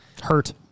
Hurt